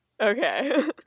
Okay